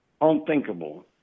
unthinkable